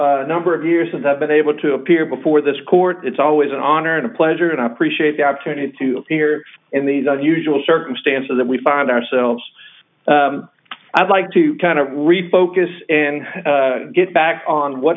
a number of years since i've been able to appear before this court it's always an honor and a pleasure and i appreciate the opportunity to hear in these unusual circumstances that we find ourselves i'd like to kind of repo kiss and get back on what